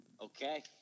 Okay